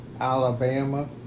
Alabama